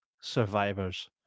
survivors